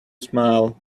smile